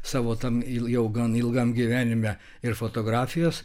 savo tam ir jau gan ilgam gyvenime ir fotografijos